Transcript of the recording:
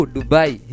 Dubai